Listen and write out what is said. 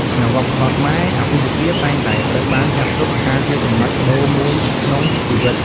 ក្នុងវប្បធម៌ខ្មែរ អាពាហ៍ពិពាហ៍តែងតែត្រូវបានចាត់ទុកថាជាចំណុចប្ដូរមួយក្នុងជីវិត។